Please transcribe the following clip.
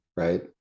Right